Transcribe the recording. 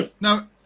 Now